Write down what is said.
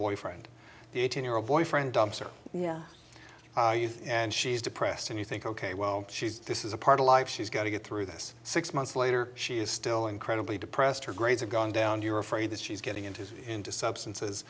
boyfriend the eighteen year old boyfriend dumps are and she's depressed and you think ok well she's this is a part of life she's got to get through this six months later she's still incredibly depressed her grades are going down you're afraid that she's getting into into substances